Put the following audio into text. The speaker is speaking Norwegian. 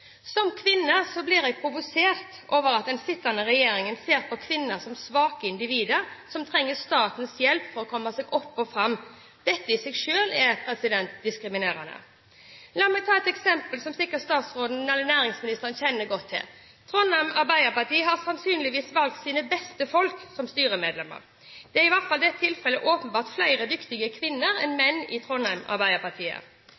Som kvinne blir jeg provosert over at den sittende regjeringen ser på kvinner som svake individer som trenger statens hjelp for å komme seg opp og fram. Dette i seg selv er diskriminerende. La meg ta et eksempel som sikkert næringsministeren kjenner godt til. Trondheim Arbeiderparti har sannsynligvis valgt sine beste folk som styremedlemmer. Det er – i hvert fall i dette tilfellet – åpenbart flere dyktige kvinner enn